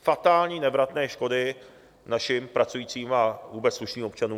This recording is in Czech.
Fatální, nevratné škody našim pracujícím a vůbec slušným občanům.